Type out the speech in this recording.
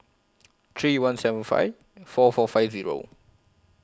three one seven five four four five Zero